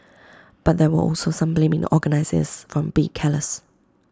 but there were also some blaming the organisers for being careless